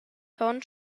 ton